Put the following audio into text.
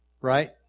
Right